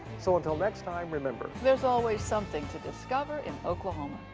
so. until next time. remember. there's always something to discover in oklahoma.